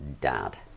dad